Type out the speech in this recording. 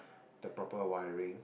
the proper wiring